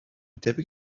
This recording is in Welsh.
debyg